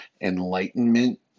Enlightenment